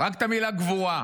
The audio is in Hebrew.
רק את המילה גבורה.